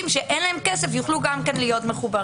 שאין להם כסף יוכלו גם כן להיות מחוברים?